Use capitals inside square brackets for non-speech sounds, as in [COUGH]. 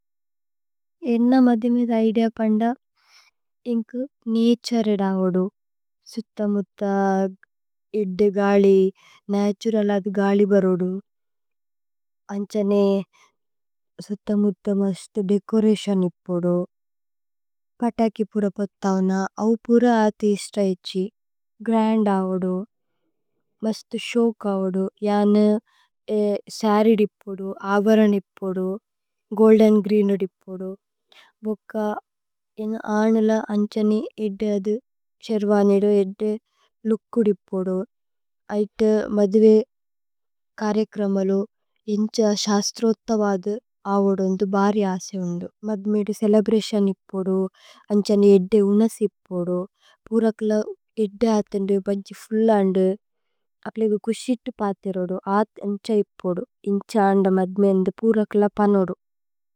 ഏന്ന മധേ മേധ ഇദേഅ പന്ദ ഏന്കു। [HESITATION] നീഛരിദ് അവുദു സുഥമുഥ ഇദ്ദി ഗാലി നാഛുരല്। അഥി ഗാലി ബരുദു അന്ഛനേ, സുഥമുഥ മസ്ത്। ദേചോരതിഓന് ഇപ്പുദു പതകി പുര പത്ഥവന അവു। പുര ആഥി ഇശ്ത ഇച്ഛി ഗ്രന്ദ് അവുദു മസ്ത് ശോഅക്। അവുദു [HESITATION] സരി ദിപുദു അബരന് ഇപ്പുദു। ഗോല്ദേന് ഗ്രീന് ദിപുദു ഭുക്ക ഏന്ന അനേല അന്ഛനി। ഏദ്ദേ അദു ശേര്വനി ഏദ്ദു ഏദ്ദേ ലുക്കുദ് ഇപ്പുദു। ഐഥ മധ്വേ കരേക്രമലു ഏന്ഛ ശസ്ത്രോഥവദു। അവുദു ഏന്ഥു ബാരി [HESITATION] ആസേവുന്ദു മധ്മേ। ഏദ്ദു ചേലേബ്രതിഓന് ഇപ്പുദു। അന്ഛനി ഏദ്ദേ ഉനസ്। ഇപ്പുദു പുര കല ഏദ്ദേ ആഥി ഏന്ദു ബന്ഛി ഫുല്ല। അന്ദു അകലേഗു കുശിത്തു പാഥിരുദു ആഥ് ഏന്ഛ। ഇപ്പുദു ഏന്ഛ അന്ദ മധ്മേ ഏന്ദു പുര കല പനുദു।